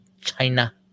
China